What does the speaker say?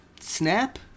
Snap